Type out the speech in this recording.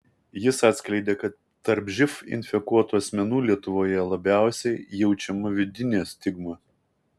jis atskleidė kad tarp živ infekuotų asmenų lietuvoje labiausiai jaučiama vidinė stigma